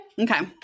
Okay